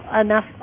enough